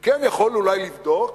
הוא כן יכול אולי לבדוק